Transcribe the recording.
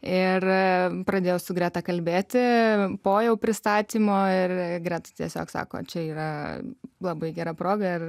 ir pradėjo su greta kalbėti po jau pristatymo ir greta tiesiog sako čia yra labai gera proga